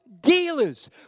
dealers